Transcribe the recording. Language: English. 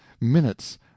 minutes